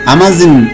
Amazon